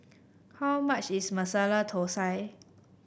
how much is Masala Thosai